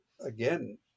again